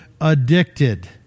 addicted